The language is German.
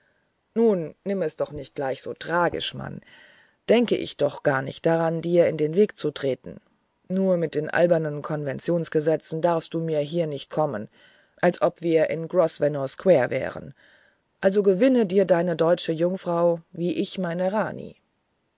nun nimm's doch nicht gleich so tragisch mann denke ich doch nicht daran dir in den weg zu treten nur mit den albernen konventionsgesetzen darfst du mir hier nicht kommen als ob wir in grosvenor square wären also gewinne dir deine deutsche jungfrau wie ich meine rani